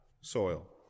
soil